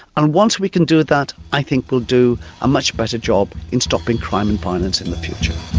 and once we can do that i think we'll do a much better job in stopping crime and violence in the future.